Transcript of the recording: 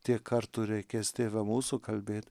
tiek kartų reikės tėve mūsų kalbėt